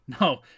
No